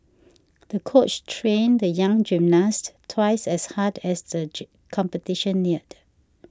the coach trained the young gymnast twice as hard as the competition neared